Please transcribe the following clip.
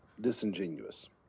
disingenuous